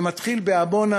זה מתחיל בעמונה.